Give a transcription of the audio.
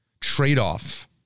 trade-off